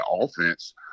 offense